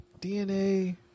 DNA